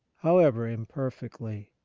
however imperfectly.